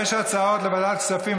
יש הצעות לוועדת כספים,